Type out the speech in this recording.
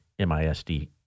MISD